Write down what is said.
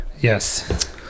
Yes